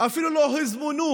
אפילו לא הוזמנו